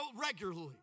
regularly